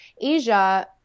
Asia